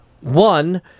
One